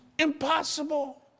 Impossible